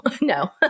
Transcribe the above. no